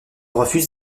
refuse